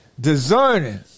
discerning